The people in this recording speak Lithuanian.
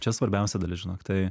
čia svarbiausia dalis žinok tai